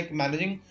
managing